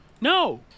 no